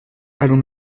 allons